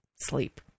sleep